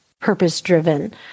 purpose-driven